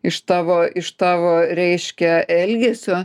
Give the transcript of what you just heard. iš tavo iš tavo reiškia elgesio